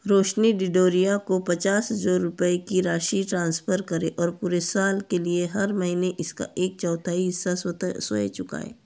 रोशनी डिडोरिया को पचास हज़ार रुपय की राशि ट्रांसफ़र करें और पूरे साल के लिए हर महीने इसका एक चौथाई हिस्सा स्वतः स्वे चुकाएँ